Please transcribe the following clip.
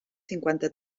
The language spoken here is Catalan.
cinquanta